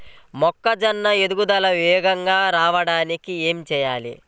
మొక్కజోన్న ఎదుగుదల వేగంగా రావడానికి ఏమి చెయ్యాలి?